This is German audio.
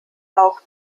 auch